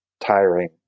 tiring